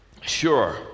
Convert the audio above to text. sure